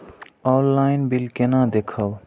Online bill केना देखब?